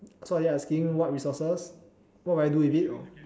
so are you asking what resources what will I do with it or